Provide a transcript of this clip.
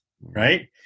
right